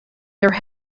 their